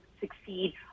succeed